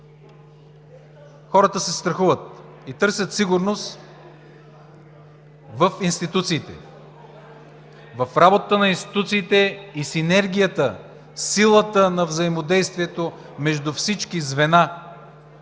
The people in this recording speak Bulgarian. Хората се страхуват и търсят сигурност в институциите. В работата на институциите и синергията, силата на взаимодействието между всички звена